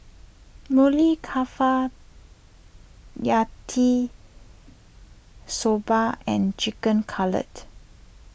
Maili Kofta Yati Soba and Chicken Cutlet